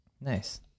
Nice